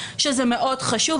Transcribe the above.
שזה מאוד חשוב,